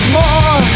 more